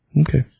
Okay